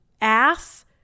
ass